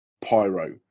pyro